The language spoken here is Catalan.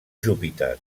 júpiter